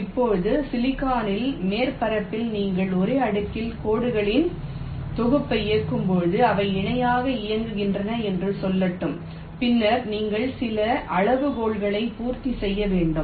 இப்போது சிலிக்கானின் மேற்பரப்பில் நீங்கள் ஒரே அடுக்கில் கோடுகளின் தொகுப்பை இயக்கும்போது அவை இணையாக இயங்குகின்றன என்று சொல்லட்டும் பின்னர் நீங்கள் சில அளவுகோல்களை பூர்த்தி செய்ய வேண்டும்